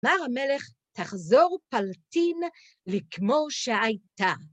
אמר המלך, תחזור פלטין לכמו שהייתה.